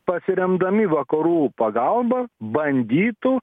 pasiremdami vakarų pagalba bandytų